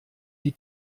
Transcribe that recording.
die